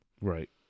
right